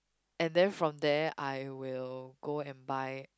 and then from there I will go and buy